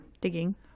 digging